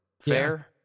Fair